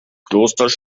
klosters